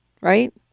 right